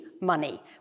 money